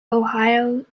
ohio